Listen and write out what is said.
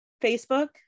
Facebook